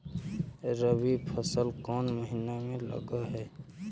रबी फसल कोन महिना में लग है?